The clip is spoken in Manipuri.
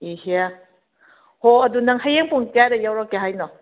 ꯏꯍꯦ ꯍꯣ ꯑꯗꯣ ꯅꯪ ꯍꯌꯦꯡ ꯄꯨꯡ ꯀꯌꯥꯗ ꯌꯧꯔꯛꯀꯦ ꯍꯥꯏꯅꯣ